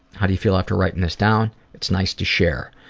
how do you feel after writing this down? it's nice to share.